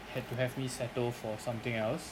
had to have me settle for something else